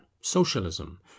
socialism